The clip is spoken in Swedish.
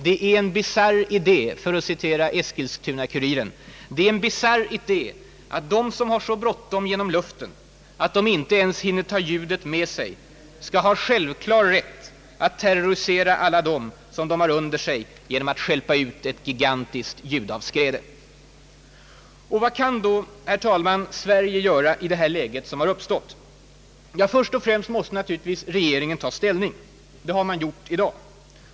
»Det är en bisarr idé», för att citera Eskilstuna-Kuriren, »att de som har så bråttom genom luften att de inte ens hinner ta ljudet med sig skall ha självklar rätt att terrorisera alla dem som de har under sig genom att stjälpa ut ett gigantiskt ljudayvskräde.» Vad kan då Sverige göra i det läge som uppstått? Först och främst måste naturligtvis regeringen ta ställning. Det har den gjort i dag.